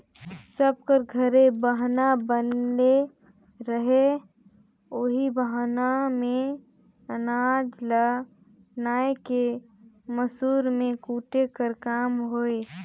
सब कर घरे बहना बनले रहें ओही बहना मे अनाज ल नाए के मूसर मे कूटे कर काम होए